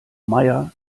maier